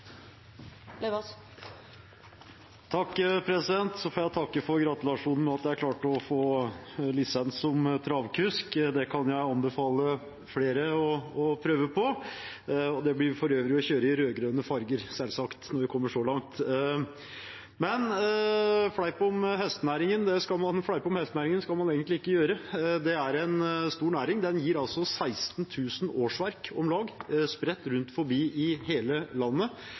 får takke for gratulasjonen med at jeg klarte å få lisens som travkusk. Det kan jeg anbefale flere å prøve på. Det blir for øvrig å kjøre i rød-grønne farger, selvsagt, når vi kommer så langt. Fleipe om hestenæringen skal man egentlig ikke gjøre. Det er en stor næring. Den gir om lag 16 000 årsverk, spredt rundt omkring i hele landet,